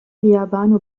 اليابان